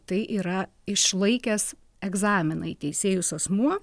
tai yra išlaikęs egzaminą į teisėjus asmuo